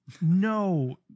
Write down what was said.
No